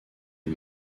est